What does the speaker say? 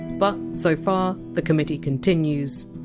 but so far, the committee continues.